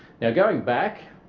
now going back